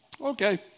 okay